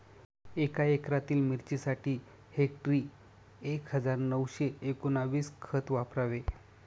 एका एकरातील मिरचीसाठी हेक्टरी एक हजार नऊशे एकोणवीस खत वापरावे